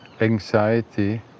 anxiety